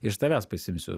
iš tavęs pasiimsiu